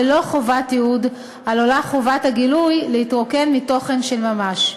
ללא חובת תיעוד עלולה חובת הגילוי להתרוקן מתוכן של ממש.